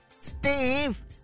Steve